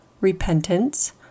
repentance